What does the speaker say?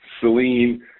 Celine